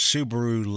Subaru